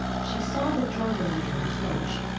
she saw the drunken man approach.